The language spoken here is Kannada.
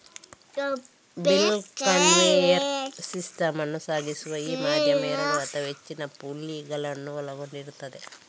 ಬೆಲ್ಟ್ ಕನ್ವೇಯರ್ ಸಿಸ್ಟಮ್ ಅನ್ನು ಸಾಗಿಸುವ ಈ ಮಾಧ್ಯಮ ಎರಡು ಅಥವಾ ಹೆಚ್ಚಿನ ಪುಲ್ಲಿಗಳನ್ನ ಒಳಗೊಂಡಿರ್ತದೆ